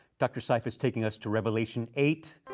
dr. seif is taking us to revelation eight.